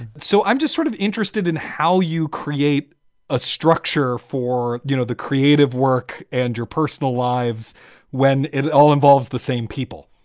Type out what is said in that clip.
so i'm just sort of interested in how you create a structure for, you know, the creative work and your personal lives when it all involves the same people